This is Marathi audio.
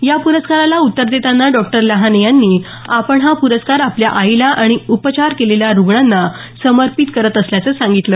या प्रस्कारला उत्तर देताना डॉ लहाने यांनी आपण हा प्रस्कार आपल्या आईला आणि उपचार केलेल्या रुग्णांना समर्पित करत असल्याचं सांगितलं